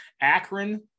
Akron